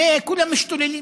וכולם משתוללים.